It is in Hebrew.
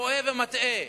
טועה ומטעה.